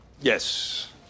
Yes